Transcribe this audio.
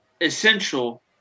essential